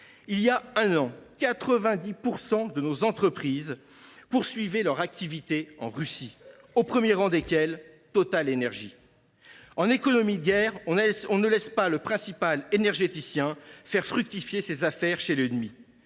Il y a un an, 90 % de nos entreprises poursuivaient leurs activités en Russie, au premier rang desquelles TotalEnergies. En économie de guerre, on ne laisse pas son principal énergéticien faire fructifier ses affaires chez l’ennemi.